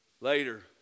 later